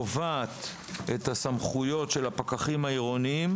קובעת את הסמכויות של הפקחים העירוניים,